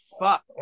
fuck